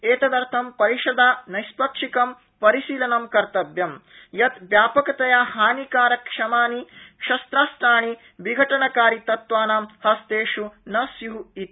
एतदर्थं परिषदा नैष्पक्षिक परिशीलनं कर्तव्यम् यत् व्यापकतया हानिकारक्षमानि शस्त्रास्त्राणि विघटनकारि तत्वानां हस्तेष् न स्युरिति